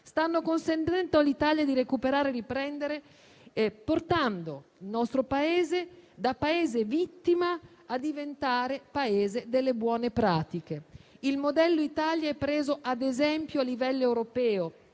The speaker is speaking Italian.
stanno consentendo all'Italia di recuperare e riprendere, portando il nostro Paese, da Paese vittima, a diventare Paese delle buone pratiche. Il modello Italia è preso ad esempio a livello europeo: